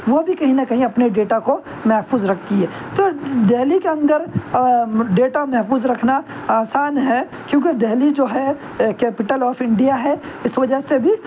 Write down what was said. وہ بھی کہیں نہ کہیں اپنے ڈیٹا کو محفوظ رکھتی ہیں تو دہلی کے اندر ڈیٹا محفوظ رکھنا آسان ہے کیونکہ دہلی جو ہے کیپیٹل آف انڈیا ہے اس وجہ سے بھی